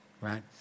right